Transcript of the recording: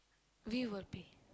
we will pay